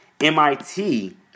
MIT